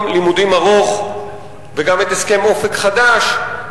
לימודים ארוך וגם את הסכם "אופק חדש",